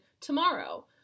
tomorrow